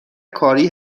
کاری